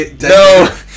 No